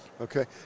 Okay